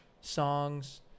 songs